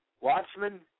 Watchmen